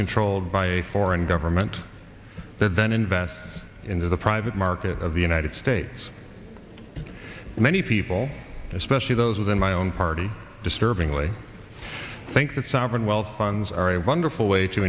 controlled by a foreign government that then invest into the private market of the united states many people especially those within my own party disturbingly think that sovereign wealth funds are a wonderful way to